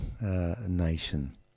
nation